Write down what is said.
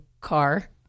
car